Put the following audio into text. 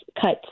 cuts